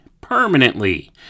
permanently